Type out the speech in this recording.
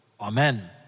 Amen